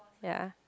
ya